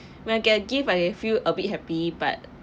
when get a gift I feel a bit happy but